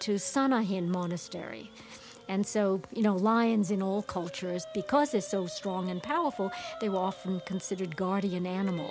to santa han monastery and so you know lions in all cultures because it's so strong and powerful they were often considered guardian animal